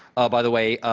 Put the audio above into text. by the way,